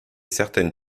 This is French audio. certaines